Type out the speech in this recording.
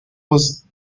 was